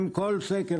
הם כל שקל,